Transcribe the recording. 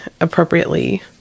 appropriately